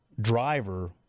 driver